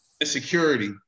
insecurity